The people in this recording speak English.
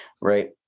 right